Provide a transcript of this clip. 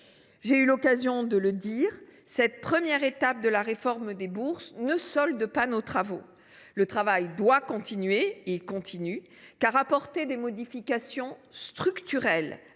J’ai eu l’occasion de le dire, cette première étape de la réforme des bourses ne solde pas nos travaux. Le travail continue. En effet, apporter des modifications structurelles